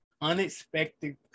unexpected